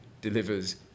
delivers